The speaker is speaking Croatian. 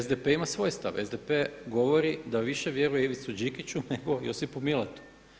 SDP ima svoj stav, SDP govori da više vjeruje Ivici Đikiću nego Josipu Milatu.